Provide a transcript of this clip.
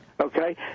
okay